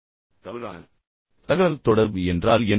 தவறான தகவல் தொடர்பு என்றால் என்ன